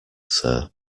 sir